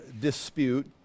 dispute